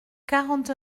quarante